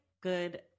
good